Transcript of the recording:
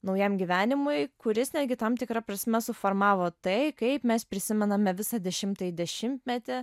naujam gyvenimui kuris netgi tam tikra prasme suformavo tai kaip mes prisimename visą dešimtąjį dešimtmetį